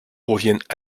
reviennent